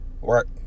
work